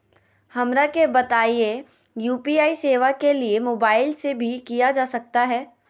हमरा के बताइए यू.पी.आई सेवा के लिए मोबाइल से भी किया जा सकता है?